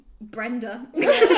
Brenda